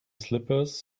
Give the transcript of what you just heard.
slippers